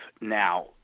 now